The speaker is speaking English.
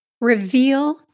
Reveal